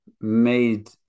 made